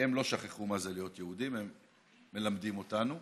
כי הם לא שכחו מה זה להיות יהודי והם מלמדים אותנו,